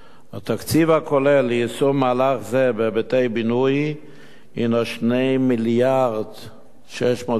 התקציב הכולל ליישום מהלך זה בהיבטי בינוי הוא 2.65 מיליארד ש"ח,